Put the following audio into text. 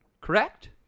correct